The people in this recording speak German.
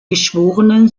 geschworenen